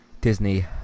Disney